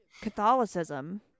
Catholicism